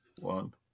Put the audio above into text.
one